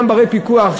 גם בפיקוח,